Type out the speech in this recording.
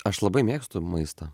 aš labai mėgstu maistą